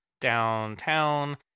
downtown